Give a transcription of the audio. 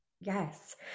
Yes